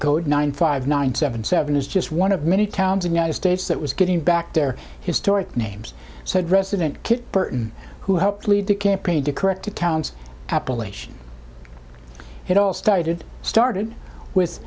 code nine five nine seven seven is just one of many towns in united states that was getting back their historic names said resident kit burton who helped lead the campaign to correct the town's appalachian it all started started with